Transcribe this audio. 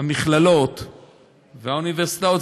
המכללות והאוניברסיטאות,